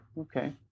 Okay